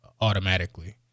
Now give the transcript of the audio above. automatically